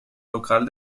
local